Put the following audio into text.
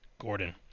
Gordon